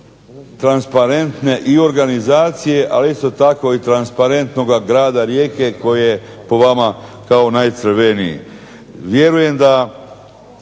transparentne i organizacije, ali isto tako i transparentnoga grada Rijeke koji je po vama kao najcrveniji. Vjerujem da